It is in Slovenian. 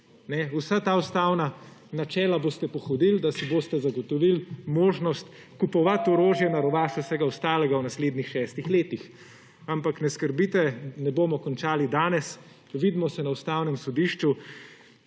Vsa ta ustavna načela boste pohodili, da si boste zagotovili možnost kupovati orožje na rovaš vsega ostalega v naslednjih šestih letih. Ampak ne skrbite, ne bomo končali danes. Vidimo se na Ustavnem sodišču.